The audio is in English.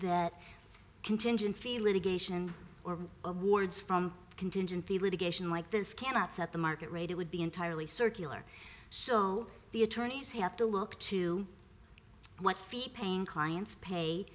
that contingent fee litigation or awards from contingency litigation like this cannot set the market rate it would be entirely circular so the attorneys have to look to what pain clients pay